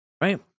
Right